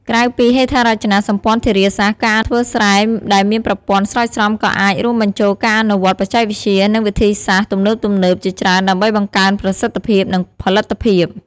ក្រៅពីហេដ្ឋារចនាសម្ព័ន្ធធារាសាស្ត្រ ការធ្វើស្រែដែលមានប្រព័ន្ធស្រោចស្រពក៏អាចរួមបញ្ចូលការអនុវត្តបច្ចេកវិទ្យា និងវិធីសាស្ត្រទំនើបៗជាច្រើនដើម្បីបង្កើនប្រសិទ្ធភាព និងផលិតភាព។